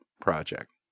project